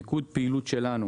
מיקוד הפעילות שלנו